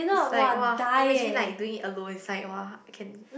is like [wah] imagine like doing it alone is like [wah] can